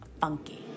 funky